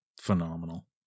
phenomenal